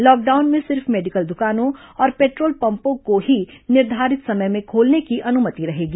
lockdown में सिर्फ medical दुकानों और पेट्रोल पम्पों को ही निर्धारित समय में खोलने की अनुमति रहेगी